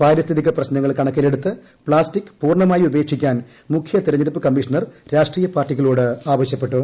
പാരിസ്ഥിതിക് പ്രശ്നങ്ങൾ കണക്കിലെടുത്ത് പ്ലാസ്റ്റിക് പൂർണ്ണമായി ഉപേക്ഷിക്കാൻ മുഖ്യതെരഞ്ഞെടുപ്പ് കമ്മീഷണർ രാഷ്ട്രീയ പാർട്ടികളോട് ആവശ്യപ്പെട്ടു